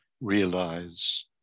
Realize